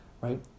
right